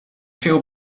veel